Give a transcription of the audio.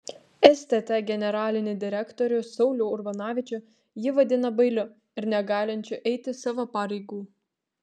stt generalinį direktorių saulių urbanavičių ji vadina bailiu ir negalinčiu eiti savo pareigų